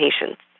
patients